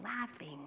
laughing